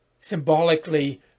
Symbolically